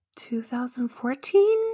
2014